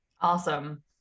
Awesome